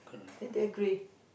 then they agree